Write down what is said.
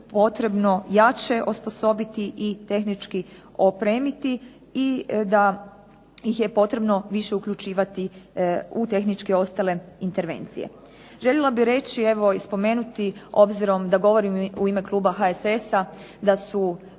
potrebno jače osposobiti i tehnički opremiti i da ih je potrebno više uključivati u tehničke i ostale intervencije. Željela bih reći evo i spomenuti obzirom da govorim u ime kluba HSS-a, da su